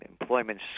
employment